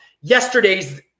Yesterday's